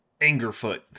Angerfoot